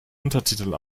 untertitel